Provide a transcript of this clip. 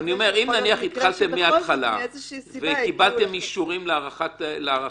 מאיזושהי סיבה הגיעו --- אם התחלתם מההתחלה וקיבלתם אישורים להארכה,